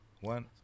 one